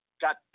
got